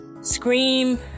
scream